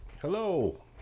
Hello